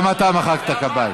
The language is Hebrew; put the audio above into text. גם אתה מחאת כפיים.